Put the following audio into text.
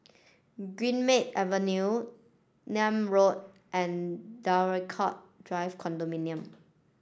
Greenmead Avenue Nim Road and Draycott Drive Condominium